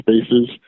spaces